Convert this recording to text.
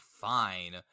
fine